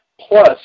Plus